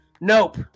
Nope